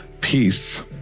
peace